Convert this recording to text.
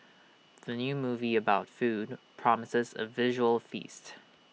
the new movie about food promises A visual feast